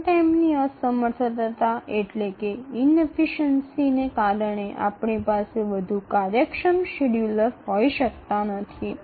રનટાઈમની અસમર્થતા ને કારણે આપણી પાસે વધુ કાર્યક્ષમ શેડ્યૂલર હોઈ શકતા નથી